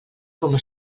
coma